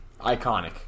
Iconic